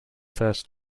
first